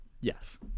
yes